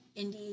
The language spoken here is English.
indie